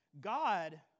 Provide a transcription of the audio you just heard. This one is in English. God